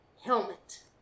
helmet